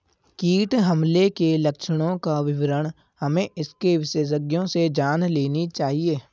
कीट हमले के लक्षणों का विवरण हमें इसके विशेषज्ञों से जान लेनी चाहिए